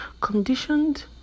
conditioned